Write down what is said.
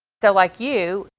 so like you,